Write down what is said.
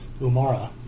Umara